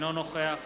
אינו נוכח